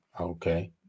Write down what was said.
okay